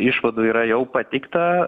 išvadų yra jau pateikta